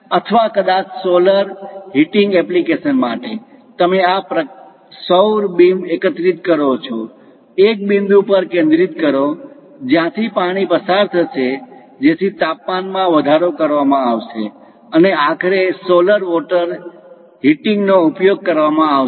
અથવા કદાચ solar heating application માટે તમે આ સૌર બીમ એકત્રિત કરો છો એક બિંદુ પર કેન્દ્રિત કરો જ્યાંથી પાણી પસાર થશે જેથી તાપમાનમાં વધારો કરવામાં આવશે અને આખરે સોલર વોટર હીટિંગ નો ઉપયોગ કરવામાં આવશે